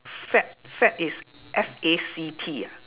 fact fact is F A C T ah